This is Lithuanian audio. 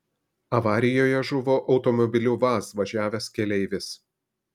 avarijoje žuvo automobiliu vaz važiavęs keleivis